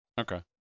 Okay